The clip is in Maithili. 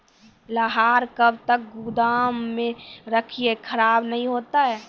लहार कब तक गुदाम मे रखिए खराब नहीं होता?